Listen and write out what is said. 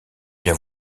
bien